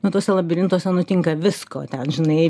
nu tuose labirintuose nutinka visko ten žinai